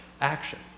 action